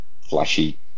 flashy